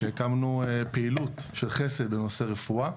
שהקמנו פעילות של חסד בנושא רפואה.